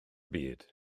byd